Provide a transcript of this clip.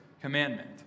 commandment